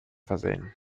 versehen